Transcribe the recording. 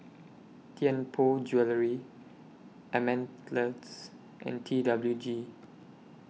Tianpo Jewellery and T W G